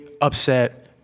upset